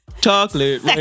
Chocolate